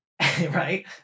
Right